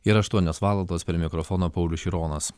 ir aštuonios valandos prie mikrofono paulius šironas